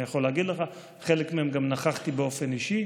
ואני יכול להגיד לך שבחלק מהם גם נכחתי באופן אישי,